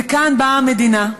וכאן באה המדינה,